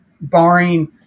barring